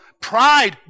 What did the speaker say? pride